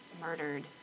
murdered